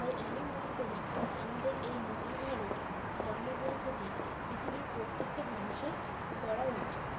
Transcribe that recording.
তাই আমি মনে করি আমাদের এই মহাভারত ধর্মগ্রন্থটি পৃথিবীর প্রত্যেকটা মানুষের পড়া উচিত